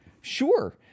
Sure